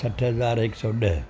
सठ हज़ार हिकु सौ ॾह